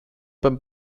beim